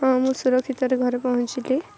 ହଁ ମୁଁ ସୁରକ୍ଷିତରେ ଘରେ ପହଞ୍ଚିଥିଲି